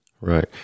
Right